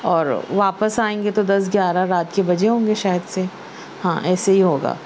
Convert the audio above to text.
اور واپس آئیں گے تو دس گیارہ رات کے بجے ہوں گے شاید سے ہاں ایسے ہی ہوگا